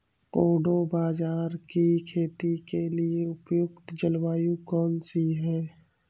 कोडो बाजरा की खेती के लिए उपयुक्त जलवायु कौन सी है?